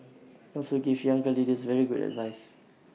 also gave younger leaders very good advice